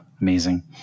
Amazing